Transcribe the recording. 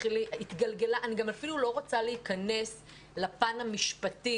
אני אפילו לא רוצה להיכנס לפן המשפטי